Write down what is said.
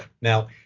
Now